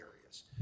areas